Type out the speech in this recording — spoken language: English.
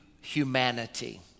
humanity